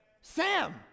Sam